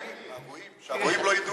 שהגויים לא ידעו.